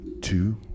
two